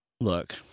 Look